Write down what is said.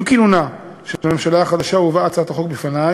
עם כינון הממשלה החדשה הובאה הצעת החוק בפני,